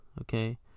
okay